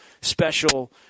special